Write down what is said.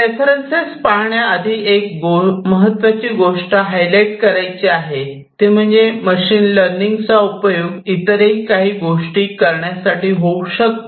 references पाहण्या आहे एक गोष्ट हायलाईट करायची आहे ती म्हणजे मशीन लर्निंग चा उपयोग इतरही काही गोष्टी करण्यासाठी होऊ शकतो